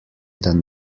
than